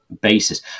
basis